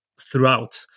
throughout